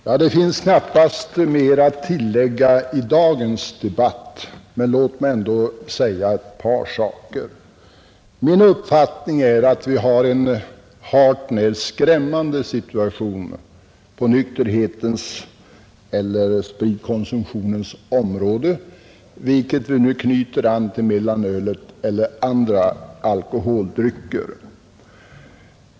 Herr talman! Det finns knappast mer att tillägga i dagens debatt, men låt mig ändå säga ett par saker. Min uppfattning är att vi har en hart när skrämmande situation på nykterhetens eller spritkonsumtionens område, antingen vi nu knyter an till mellanölet eller till andra alkoholdrycker.